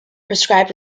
prescribed